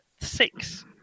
six